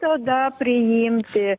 tada priimti